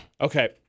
Okay